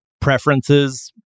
preferences